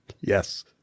Yes